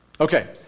Okay